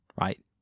right